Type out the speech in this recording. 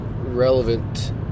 relevant